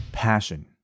passion